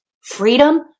Freedom